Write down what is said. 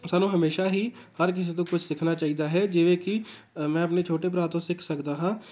ਸਾਨੂੰ ਹਮੇਸ਼ਾ ਹੀ ਹਰ ਕਿਸੇ ਤੋਂ ਕੁਛ ਸਿੱਖਣਾ ਚਾਹੀਦਾ ਹੈ ਜਿਵੇਂ ਕਿ ਮੈਂ ਆਪਣੇ ਛੋਟੇ ਭਰਾ ਤੋਂ ਸਿੱਖ ਸਕਦਾ ਹਾਂ